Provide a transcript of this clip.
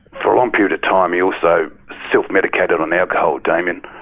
for a long period time he also self-medicated on alcohol, damien,